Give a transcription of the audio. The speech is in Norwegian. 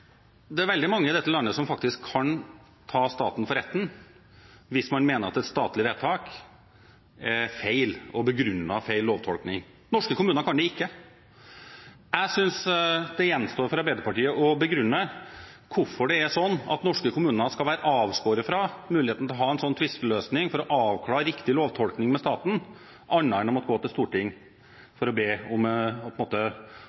veldig mange i dette landet kan faktisk trekke staten for retten hvis man mener at et statlig vedtak er feil og begrunnet med feil lovtolkning, men norske kommuner kan ikke det. Jeg synes det gjenstår for Arbeiderpartiet å begrunne hvorfor norske kommuner skal være avskåret fra muligheten til en slik tvisteløsning for å avklare riktig lovtolkning med staten, og må gå til Stortinget for å be om, og på en måte